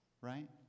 right